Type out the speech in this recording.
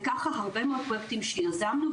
וככה הרבה מאוד פרויקטים שיזמנו,